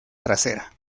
trasera